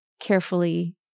carefully